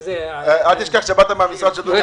אל תשכח שבאת מהמשרד של דודי אמסלם.